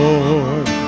Lord